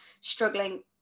struggling